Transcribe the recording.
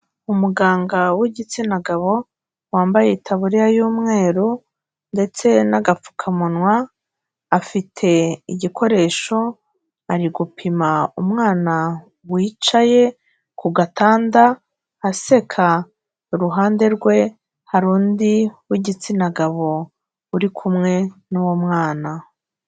Umuganga w'igitsina gabo wambaye itaburiya y'umweru ndetse n'agapfukamunwa, afite igikoresho ari gupima umwana wicaye ku gatanda aseka, iruhande rwe hari undi w'igitsina gabo uri kumwe n'uwo mwana.